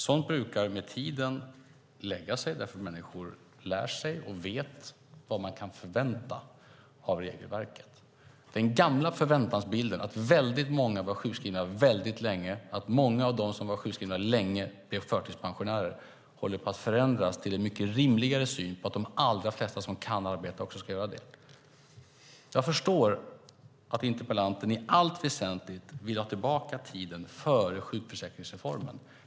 Sådant brukar lägga sig med tiden eftersom människor lär sig och vet vad de kan förvänta sig av regelverket. Den gamla förväntansbilden, att väldigt många var sjukskriva väldigt länge och att många av dem som var sjukskrivna länge blev förtidspensionärer, håller på att förändras till en mycket rimligare syn där de allra flesta som kan arbeta också ska göra det. Jag förstår att interpellanten i allt väsentligt vill ha tillbaka tiden före sjukförsäkringsreformen.